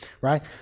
right